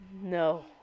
No